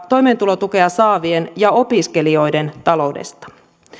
toimeentulotukea saavien ja opiskelijoiden taloudesta